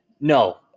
No